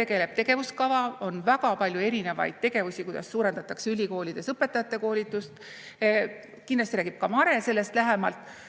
tegeleb tegevuskava: on väga palju erinevaid tegevusi, kuidas suurendatakse ülikoolides õpetajate koolitust. Kindlasti räägib ka Mare sellest lähemalt